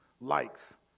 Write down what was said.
likes